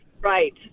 right